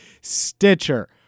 Stitcher